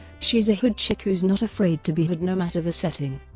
she's a hood chick who's not afraid to be hood no matter the setting.